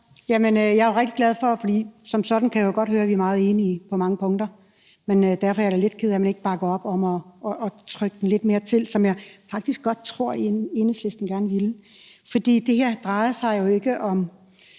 jeg jo rigtig glad for, for som sådan kan jeg jo godt høre, at vi er meget enige på mange punkter, men jeg er da lidt ked af, at man ikke bakker op om at presse lidt mere på, hvilket jeg faktisk tror Enhedslisten gerne ville. For det her drejer sig ikke om